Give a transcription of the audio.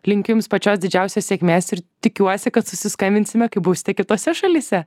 linkiu jums pačios didžiausios sėkmės ir tikiuosi kad susiskambinsime kai būsite kitose šalyse